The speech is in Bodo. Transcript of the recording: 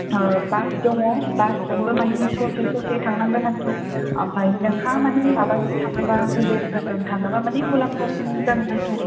बास दङ बासजोंबो मानि ससे ससे थांनांगोन आरोखि ओमफ्राय नोंहा माने माबाजों थाङोब्ला उबेरफोरजों थाङोब्ला माने मुलाम्फासिन जागोन आरोखि